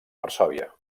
varsòvia